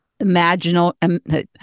imaginal